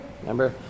Remember